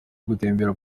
gutemberera